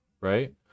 right